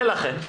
ולכן,